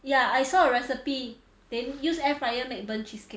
yeah I saw a recipe they use air fryer make burnt cheesecake